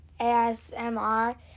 ASMR